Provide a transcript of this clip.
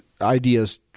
ideas